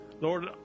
Lord